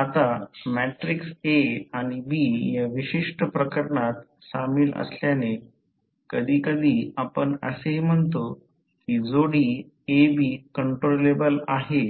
आता matrix A आणि B या विशिष्ट प्रकरणात सामील असल्याने कधीकधी आपण असेही म्हणतो की जोडी AB काँट्रोलेबल आहे